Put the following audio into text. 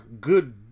good